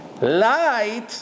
Light